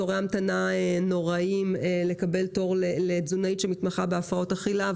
תורי המתנה נוראיים לתזונאית שמתמחה בהפרעות אכילה.